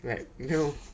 like no